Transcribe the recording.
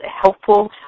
helpful